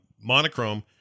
monochrome